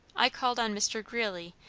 i called on mr. greeley,